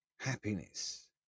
happiness